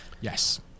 Yes